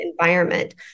environment